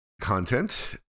content